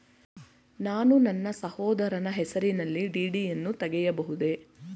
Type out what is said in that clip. ನಾನು ನನ್ನ ಸಹೋದರನ ಹೆಸರಿನಲ್ಲಿ ಡಿ.ಡಿ ಯನ್ನು ತೆಗೆಯಬಹುದೇ?